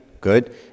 good